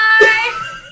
Bye